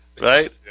Right